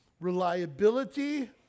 Reliability